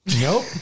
Nope